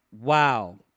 Wow